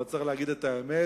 אבל צריך לומר את האמת,